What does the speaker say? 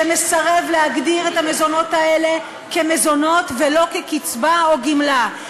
שמסרב להגדיר את המזונות האלה כמזונות ולא כקצבה או גמלה.